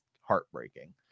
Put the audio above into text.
heartbreaking